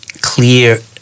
clear